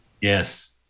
yes